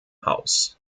haus